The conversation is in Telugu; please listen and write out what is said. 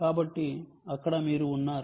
కాబట్టి అక్కడ మీరు ఉన్నారు